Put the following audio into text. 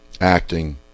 acting